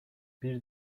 bir